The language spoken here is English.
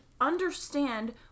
understand